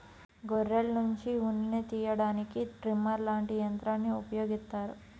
గొర్రెల్నుంచి ఉన్నిని తియ్యడానికి ట్రిమ్మర్ లాంటి యంత్రాల్ని ఉపయోగిత్తారు